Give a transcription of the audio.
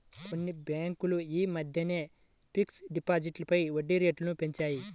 కొన్ని బ్యేంకులు యీ మద్దెనే ఫిక్స్డ్ డిపాజిట్లపై వడ్డీరేట్లను పెంచాయి